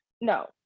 No